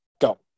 Go